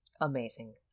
amazing